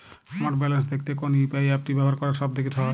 আমার ব্যালান্স দেখতে কোন ইউ.পি.আই অ্যাপটি ব্যবহার করা সব থেকে সহজ?